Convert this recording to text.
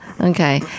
okay